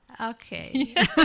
okay